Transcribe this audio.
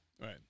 Right